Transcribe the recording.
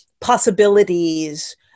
possibilities